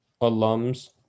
alums